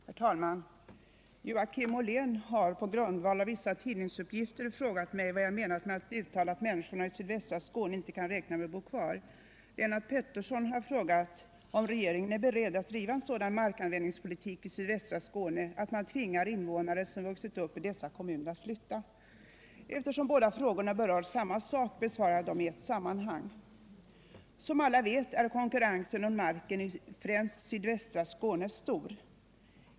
Herr talman! Joakim Ollén har på grundval av vissa tidningsuppgifter frågat mig vad jag menat med att uttala att människorna i sydvästra Skåne inte kan räkna med att få bo kvar. Lennart Pettersson har frågat mig om regeringen är beredd att driva en sådan markanvändningspolitik i sydvästra Skåne att man tvingar invånare som vuxil upp i dessa kommuner att flytta. Eftersom båda frågorna berör samma sak, besvarar jag dem i ett sammanhang. Som alla vet är konkurrensen om marken i främst sydvästra Skåne stor.